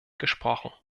gesprochen